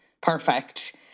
perfect